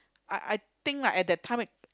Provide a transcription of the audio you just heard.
I I think lah at that time it